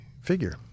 figure